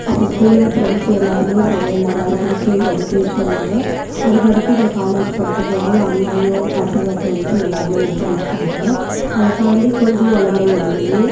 அப்போ ஸ்கூலில் ஃப்ரெண்ட்ஸ் எல்லோருமே சமையல் நல்லா இருக்குன்னு சொல்லி என்க்ரேஜ் பண்ணுவாங்க அதுக்கு அடுத்து நான் காலேஜ் படிக்க போகும்போது அங்கேயும் பசங்க ஃப்ரெண்ட்ஸு எல்லோருமே என்க்ரேஜ் பண்ணாங்க அதை தாண்டி கொஞ்சம் வளர்ந்த உடனேயே